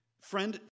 Friend